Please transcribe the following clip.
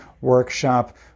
workshop